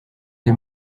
the